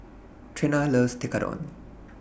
Trena loves Tekkadon